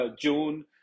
June